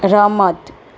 રમત